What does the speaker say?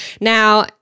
Now